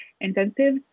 intensive